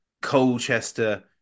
Colchester